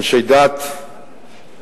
אנשי דת דרוזים,